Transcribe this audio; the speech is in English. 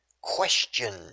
Question